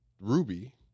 Ruby